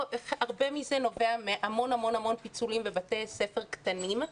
הרבה מזה נובע מהמון פיצולים בבתי ספר קטנים.